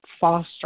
foster